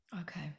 Okay